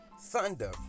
Thunder